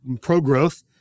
pro-growth